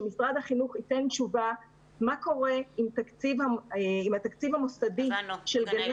שמשרד החינוך ייתן תשובה מה קורה עם התקציב המוסדי של גני